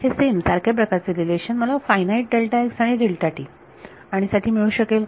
हे सेम सारख्या प्रकारचे रिलेशन मला फायनाईट आणि आणि साठी मिळू शकेल का